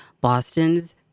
Boston's